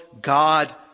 God